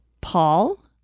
Paul